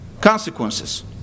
consequences